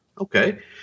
Okay